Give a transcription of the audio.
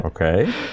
Okay